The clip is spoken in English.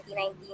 2019